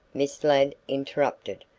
miss ladd interrupted,